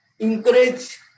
Encourage